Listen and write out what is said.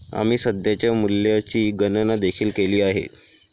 आम्ही सध्याच्या मूल्याची गणना देखील केली आहे